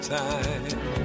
time